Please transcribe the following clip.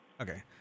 Okay